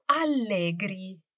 allegri